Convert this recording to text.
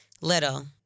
little